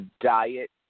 diet